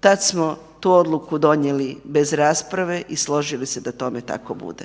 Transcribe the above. tad smo tu odluku donijeli bez rasprave i složili se da tome tako bude.